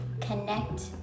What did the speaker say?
connect